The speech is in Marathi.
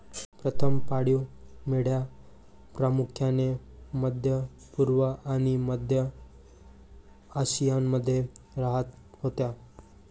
प्रथम पाळीव मेंढ्या प्रामुख्याने मध्य पूर्व आणि मध्य आशियामध्ये राहत होत्या